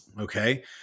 okay